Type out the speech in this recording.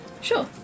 sure